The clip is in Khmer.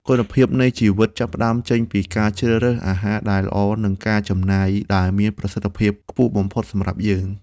គុណភាពនៃជីវិតចាប់ផ្ដើមចេញពីការជ្រើសរើសអាហារដែលល្អនិងការចំណាយដែលមានប្រសិទ្ធភាពខ្ពស់បំផុតសម្រាប់យើង។